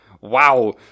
wow